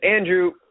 Andrew